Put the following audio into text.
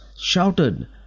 shouted